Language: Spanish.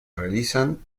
realizan